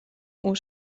oer